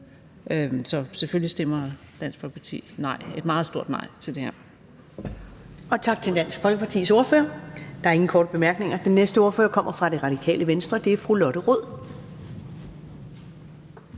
Så selvfølgelig stemmer Dansk Folkeparti nej, et meget stort nej, til det her.